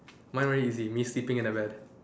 mine very easy me sleeping in my bed